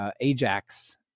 AJAX